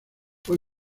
fue